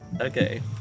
Okay